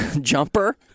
jumper